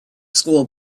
school